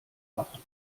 machen